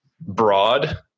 broad